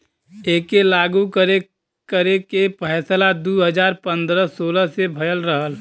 एके लागू करे के फैसला दू हज़ार पन्द्रह सोलह मे भयल रहल